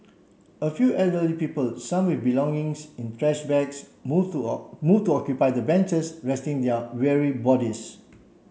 a few elderly people some with belongings in trash bags move to move to occupy the benches resting their weary bodies